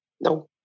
No